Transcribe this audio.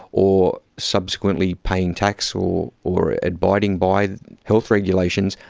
or subsequently paying tax or or ah abiding by health regulations,